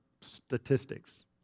statistics